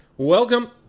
Welcome